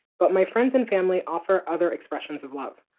but my friends and family offer other expressions of love.